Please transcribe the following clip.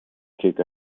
kick